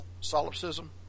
Solipsism